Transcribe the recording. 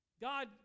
God